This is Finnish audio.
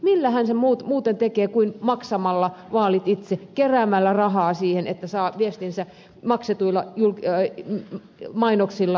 millä hän sen muuten tekee kuin maksamalla vaalit itse keräämällä rahaa siihen että saa viestinsä maksetuilla mainoksilla läpi